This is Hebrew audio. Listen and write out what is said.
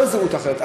לא זהות אחרת,